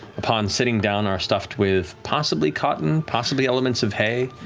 upon sitting down, are stuffed with possibly cotton, possibly elements of hay.